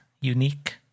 unique